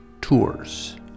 Tours